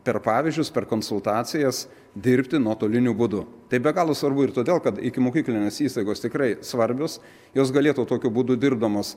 per pavyzdžius per konsultacijas dirbti nuotoliniu būdu tai be galo svarbu ir todėl kad ikimokyklinės įstaigos tikrai svarbios jos galėtų tokiu būdu dirbdamos